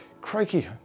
Crikey